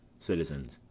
citizens.